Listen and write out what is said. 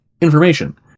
information